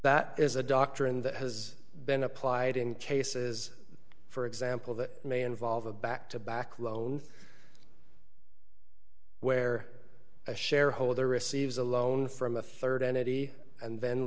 that is a doctrine that has been applied in cases for example that may involve a back to back loan where a shareholder receives a loan from a rd entity and then